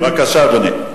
בבקשה, אדוני.